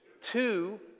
two